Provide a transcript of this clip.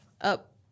up